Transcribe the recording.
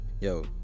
Yo